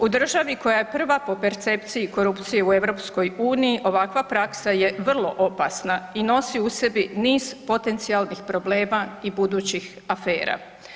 U državi koja je prva po percepciji korupcije u EU ovakva praksa je vrlo opasna i nosi u sebi niz potencijalnih problema i budućih afera.